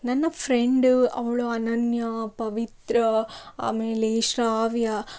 ನನ್ನ ಫ್ರೆಂಡು ಅವಳು ಅನನ್ಯ ಪವಿತ್ರ ಆಮೇಲೆ ಶ್ರಾವ್ಯ